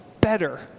better